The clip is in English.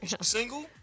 Single